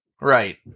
Right